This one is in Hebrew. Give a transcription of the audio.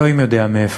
אלוהים יודע מאיפה.